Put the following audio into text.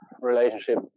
relationship